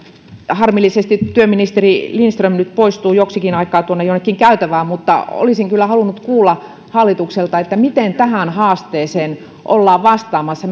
harmillisesti työministeri lindström nyt poistui joksikin aikaa tuonne jonnekin käytävään mutta olisin kyllä halunnut kuulla hallitukselta miten tähän haasteeseen ollaan vastaamassa